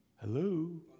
Hello